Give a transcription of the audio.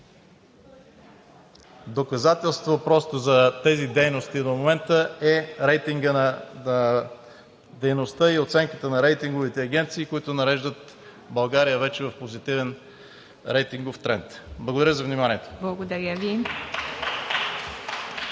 Доказателство за тези дейности до момента е рейтингът на дейността и оценката на рейтинговите агенции, които вече нареждат България в позитивен рейтингов тренд. Благодаря за вниманието. (Ръкопляскания